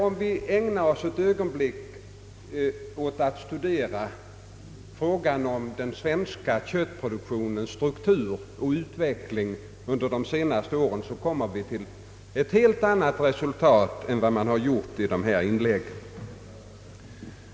Om vi ett ögonblick ägnar oss åt att studera frågan om den svenska köttproduktionens struktur och utveckling under de senaste åren, kommer vi till ett helt annat resultat än vad man har gjort i debattinläggen.